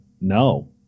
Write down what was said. no